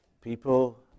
People